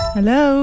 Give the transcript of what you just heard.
Hello